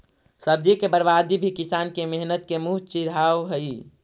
सब्जी के बर्बादी भी किसान के मेहनत के मुँह चिढ़ावऽ हइ